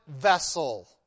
vessel